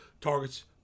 targets